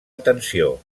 atenció